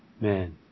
man